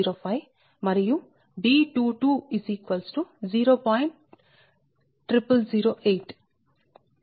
0005 మరియు B22 0